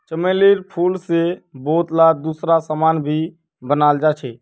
चमेलीर फूल से बहुतला दूसरा समान भी बनाल जा छे